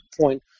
point